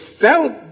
felt